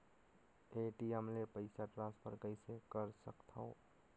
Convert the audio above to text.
ATM ले पईसा transfer कइसे कर सकथव?